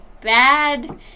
bad